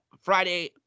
Friday